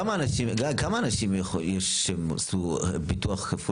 כמה אנשים, גיא, כמה אנשים יש, שעשו ביטוח כפול?